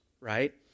right